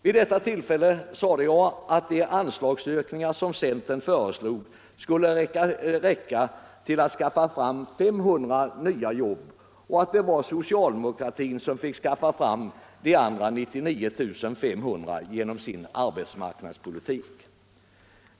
Vid det tillfället sade jag att de anslagsökningar som centern föreslog skulle räcka till att skaffa fram 500 nya jobb och att det var socialdemokratin som fick skaffa fram de resterande 99 500 genom sin arbetsmarknadspolitik.